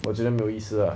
我觉得没有意思 lah